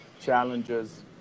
challenges